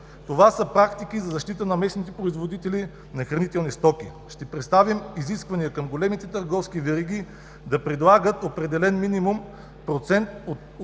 Това са практики за защита на местните производители на хранителни стоки. Ще представим изисквания към големите търговски вериги да предлагат определен минимум процент от